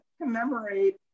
commemorate